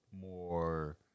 more